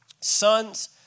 Sons